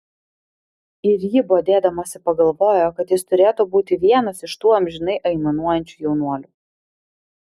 ir ji bodėdamasi pagalvojo kad jis turėtų būti vienas iš tų amžinai aimanuojančių jaunuolių